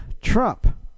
Trump